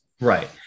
Right